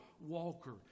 walker